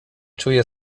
czuję